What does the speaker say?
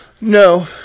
No